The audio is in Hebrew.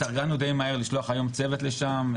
התארגנו די מהר לשלוח היום צוות לשם,